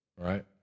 Right